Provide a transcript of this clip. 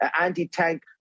anti-tank